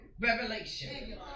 revelation